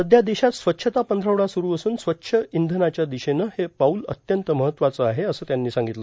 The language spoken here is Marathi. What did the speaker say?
सध्या देशात स्वच्छता पंधरवडा सुरु असून स्वच्छ इंधनाच्या दिशेनं हे पाऊल अत्यंत महत्वाचे आहे असं त्यांनी सांगितलं